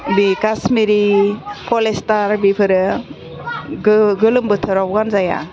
बि खासमिरि पलिस्तार बेफोरो गो गोलोम बोथोराव गानजाया